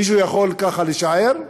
מישהו יכול, ככה, לשער?